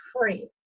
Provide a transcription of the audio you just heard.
free